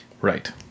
right